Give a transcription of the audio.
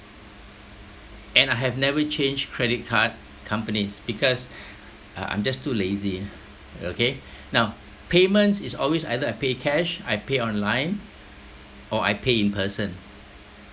and I have never changed credit card companies because uh I'm just too lazy ah okay now payments it's always either I pay cash I pay online or I pay in person